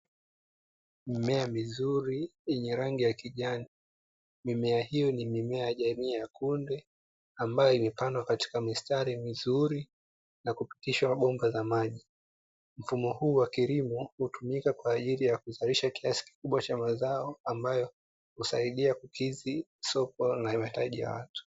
Mimea mizuri yenye rangi ya kijani, mimea hiyo ni mimea ya jamii ya kunde ambayo imepandwa katika mistari mizuri na kupitishwa bomba za maji, mfumo huu wa kilimo hutumika kwa ajili ya kuzalisha kiasi kikubwa cha mazao ambayo husaidia kukidhi soko la mahitaji ya watu.